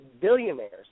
billionaires